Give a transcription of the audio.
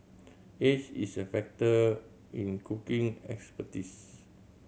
age is a factor in cooking expertise